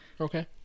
Okay